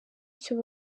icyo